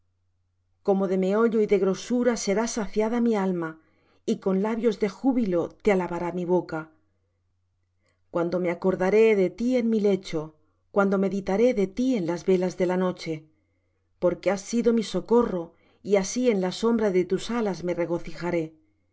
como de meollo y de grosura será saciada mi alma y con labios de júbilo te alabará mi boca cuando me acordaré de ti en mi lecho cuando meditaré de ti en las velas de la noche porque has sido mi socorro y así en la sombra de tus alas me regocijaré